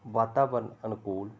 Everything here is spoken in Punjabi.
ਵਾਤਾਵਰਨ ਅਨੁਕੂਲ